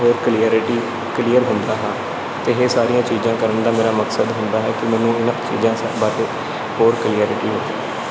ਹੋਰ clarity clear ਹੁੰਦਾ ਹਾਂ ਅਤੇ ਇਹ ਸਾਰੀਆਂ ਚੀਜ਼ਾਂ ਕਰਨ ਦਾ ਮੇਰਾ ਮਕਸਦ ਹੁੰਦਾ ਹੈ ਕਿ ਮੈਨੂੰ ਇਨ੍ਹਾਂ ਚੀਜ਼ਾਂ ਬਾਰੇ ਹੋਰ ਕਲੀਐਰਟੀ